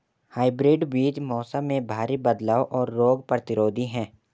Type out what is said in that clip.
hybrid बीज मौसम में भारी बदलाव और रोग प्रतिरोधी हैं